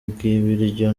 bw’ibiryo